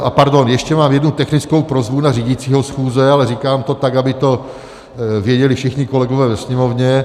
A ještě mám jednu technickou prosbu na řídícího schůze, ale říkám to tak, aby to věděli všichni kolegové ve Sněmovně.